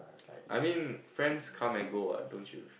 I mean friends come and go what don't you